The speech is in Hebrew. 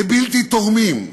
לבלתי תורמים,